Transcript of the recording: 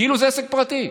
כאילו זה עסק פרטי.